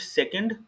second